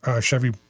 Chevy